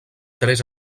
tres